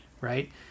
Right